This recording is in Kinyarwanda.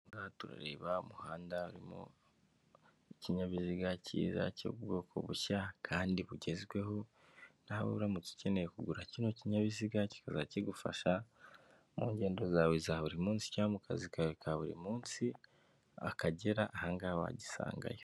Ahanga turareba umuhanda hari ikinyabiziga cyiza cy'ubwoko bushya kandi bugezweho naho uramutse ukeneye kugura kino kinyabiziga kikaza kigufasha mu ngendo zawe za buri munsi ki mu kazi kawe ka buri munsi, Akagera hano wagisangayo.